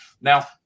Now